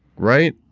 right.